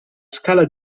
scala